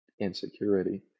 insecurity